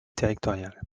territoriales